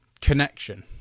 connection